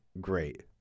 great